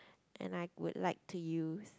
and I would like to use